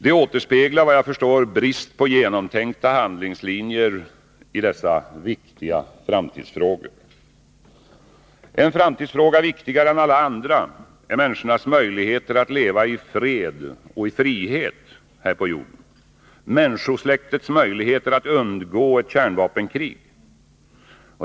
Det återspeglar vad jag förstår brist på genomtänkta handlingslinjer i dessa viktiga framtidsfrågor. En framtidsfråga viktigare än alla andra är människornas möjligheter att leva i fred och frihet här på jorden, människosläktets möjligheter att undgå ett kärnvapenkrig.